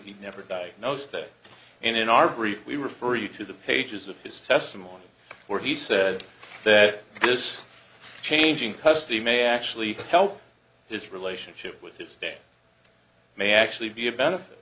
never diagnosed that and in our brief we refer you to the pages of his testimony where he said that this changing custody may actually help his relationship with his day may actually be a benefit